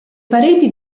pareti